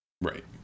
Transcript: Right